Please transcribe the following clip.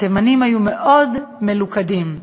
התימנים היו מאוד מלוכדים,